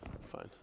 Fine